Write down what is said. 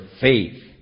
faith